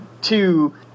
two